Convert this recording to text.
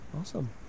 awesome